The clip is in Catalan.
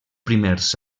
primers